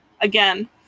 again